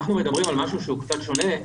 אנחנו מדברים על משהו שהוא קצת שונה,